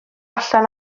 allan